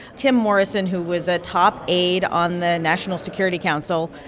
tim morrison, who was a top aide on the national security council,